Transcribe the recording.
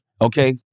Okay